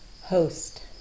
host